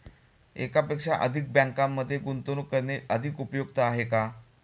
एकापेक्षा अधिक बँकांमध्ये गुंतवणूक करणे अधिक उपयुक्त आहे का?